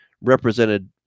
represented